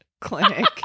clinic